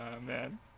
man